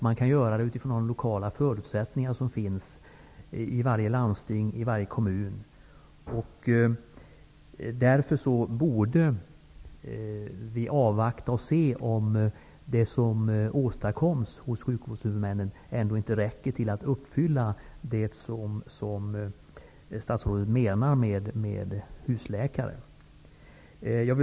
Man kan ju agera utifrån de lokala förutsättningar som finns i varje landsting och i varje kommun, och därför borde vi avvakta och se om det inte räcker med det som görs, för att uppfylla det som statsrådet menar med husläkare.